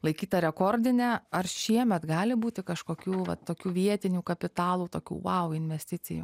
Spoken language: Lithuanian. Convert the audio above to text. laikyta rekordine ar šiemet gali būti kažkokių va tokių vietinių kapitalų tokių vau investicijų